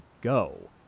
go